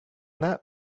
that